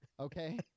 Okay